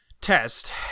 test